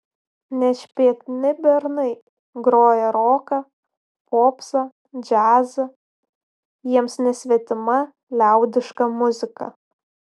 nešpėtni bernai groja roką popsą džiazą jiems nesvetima liaudiška muzika